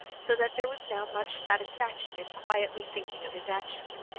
so that there was now much satisfaction in quietly thinking of his actions.